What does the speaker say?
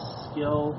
skill